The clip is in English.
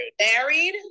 married